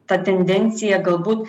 ta tendencija galbūt